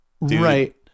Right